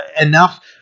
enough